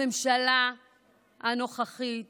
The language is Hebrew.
הממשלה הנוכחית